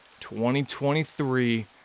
2023